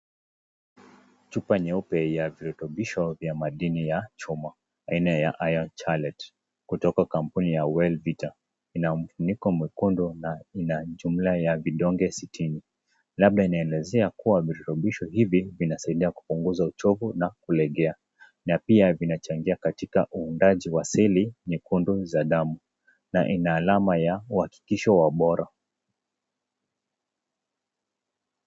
Chupa nyeupe ya virekebisho vya madini ya chuma, aina ya iron chalet , kutoka kampuni ya welvita , ina ufuniko mwekundu na jumla ya vidonge sitini, labda inaelezea kuwa virutubisho hivi vinasaidia kupunguza uchovu na kulegea, na pia vinachangia kusaidia katika uundaji wa seli nyekundu za damu, na ina alama ya uhakikisho wa ubora.